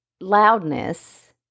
loudness